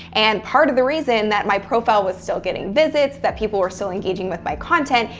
and part of the reason that my profile was still getting visits, that people were still engaging with my content,